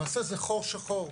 למעשה זה חור שחור.